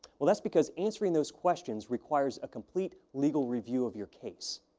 well, that's because answering those questions requires a complete legal review of your case.